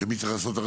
מי צריך לעשות?